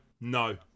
No